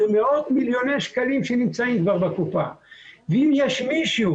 זה מאות מיליוני שקלים שנמצאים כבר בקופה ואם יש מישהו